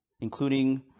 including